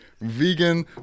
vegan